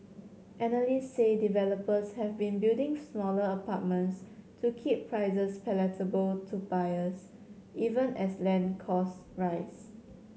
analysts say developers have been building smaller apartments to keep prices palatable to buyers even as land costs rise